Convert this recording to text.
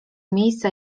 miejsca